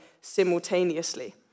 simultaneously